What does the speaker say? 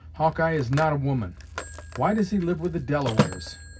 hawkeye is not a woman why does he live with the delawares?